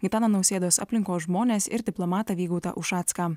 gitano nausėdos aplinkos žmones ir diplomatą vygaudą ušacką